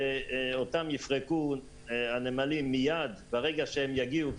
כי אותם הנמלים יפרקו מייד ברגע שהם יגיעו,